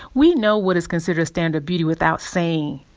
we know what is considered standard beauty without saying